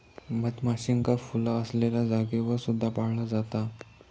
मधमाशींका फुला असलेल्या जागेवर सुद्धा पाळला जाता